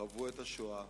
חוו את השואה,